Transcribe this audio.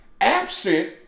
absent